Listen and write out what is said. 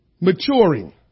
maturing